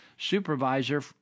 supervisor